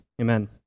amen